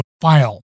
file